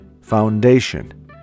Foundation